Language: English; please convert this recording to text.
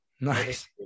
Nice